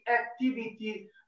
activity